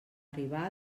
arribar